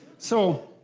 so